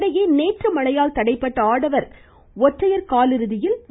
இதனிடையே நேற்று மழையால் தடைப்பட்ட ஆடவர் ஒற்றையர் காலிறுதியின் ர்